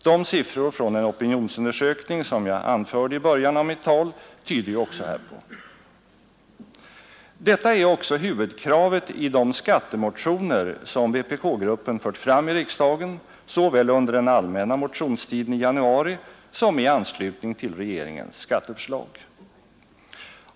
De siffror från en opinionsundersökning, som jag anförde i början av mitt tal, tyder också härpå. Detta är även huvudkravet i de skattemotioner som vpk-gruppen fört fram i riksdagen såväl under den allmänna motionstiden i januari som i anslutning till regeringens skatteförslag.